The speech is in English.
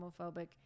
homophobic